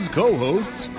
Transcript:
co-hosts